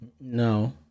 No